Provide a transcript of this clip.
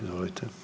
Izvolite.